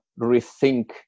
rethink